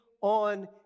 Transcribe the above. on